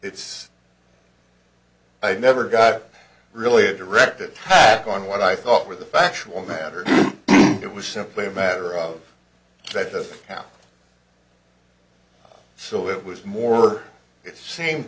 it's i never got really a direct attack on what i thought were the factual matter it was simply a matter of fact of how so it was more it seem